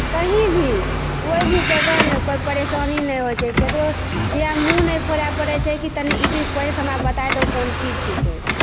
कहीं भी कोई भी जगहमे कोइ परेसानी नहि होइ छै केकरो लग मूॅंह नहि खोलै परै कि तनी ई चीज पढ़ि कऽ हमरा बताइ देहो कोन चीज छिकै